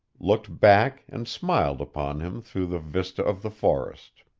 looked back and smiled upon him through the vista of the forest.